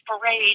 Parade